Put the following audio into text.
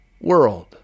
world